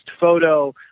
photo